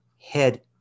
head